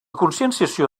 conscienciació